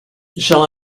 shall